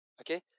okay